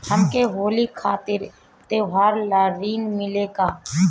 हमके होली खातिर त्योहार ला ऋण मिली का?